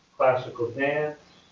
classical dance,